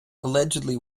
allegedly